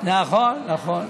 נכון, נכון.